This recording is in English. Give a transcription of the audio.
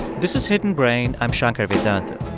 this is hidden brain. i'm shankar vedantam.